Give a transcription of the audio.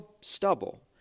stubble